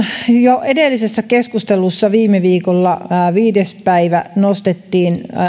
jo edellisessä keskustelussa viime viikolla viides päivä nostettiin